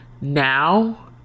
now